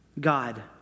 God